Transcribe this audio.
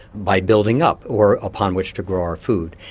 by building up, or upon which to grow our food.